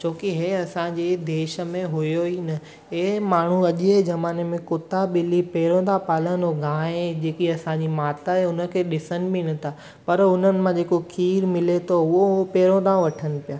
छोकी हे असांजे देश में हुयो ई न हे माण्हू अॼु जे ज़माने में कुता ॿिली पहिरियों था पालनि ऐं गांइ जेकी असांजी माता आहे उन खे ॾिसनि बि न था पर उन्हनि मां जेको खीरु मिले थो उहो हो पहिरियों था वठनि पिया